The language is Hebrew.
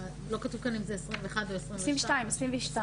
לא כתוב כאן אם זה יוני 2021 או 2022. אני